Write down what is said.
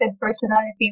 personality